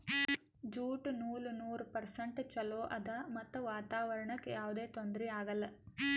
jute ನೂಲ್ ನೂರ್ percent ಚೊಲೋ ಆದ್ ಮತ್ತ್ ವಾತಾವರಣ್ಕ್ ಯಾವದೇ ತೊಂದ್ರಿ ಆಗಲ್ಲ